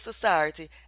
society